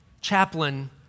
chaplain